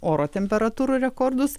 oro temperatūrų rekordus